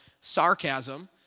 sarcasm